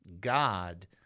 God